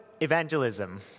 evangelism